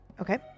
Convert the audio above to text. Okay